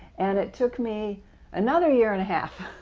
and it took me another year-and-a-half,